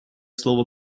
слово